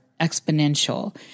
exponential